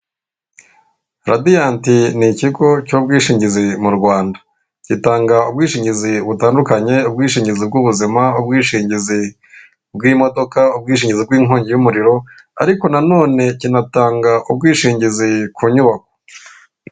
Radiyanti ni ikigo cy'ubwishingizi mu Rwanda. Gitanga ubwishingizi butandukanye: ubwishingizi bw'ubuzima, ubwishingizi bw'imodoka, ubwishingizi bw'inkongi y'umuriro, ariko na none kinatanga ubwishingizi ku nyubako.